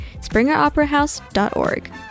springeroperahouse.org